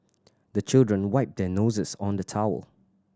the children wipe their noses on the towel